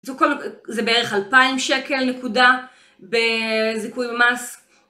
זה בערך 2,000 שקל נקודה בזיכוי מס.